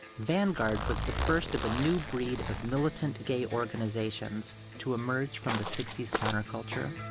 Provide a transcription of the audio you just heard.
vanguard was the first of a new breed of militant gay organizations to emerge from the sixty s counterculture.